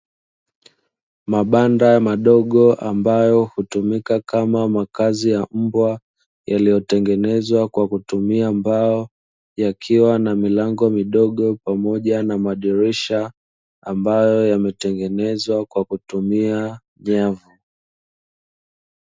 Mabanda madogo ambayo hutumika Kama makazi ya mbwa, yaliyotengenezwa kwa kutumia mbao yakiwa na milango midogo pamoja na madirisha ambayo yametengenezwa kwa kutumia nyavu.